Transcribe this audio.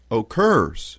occurs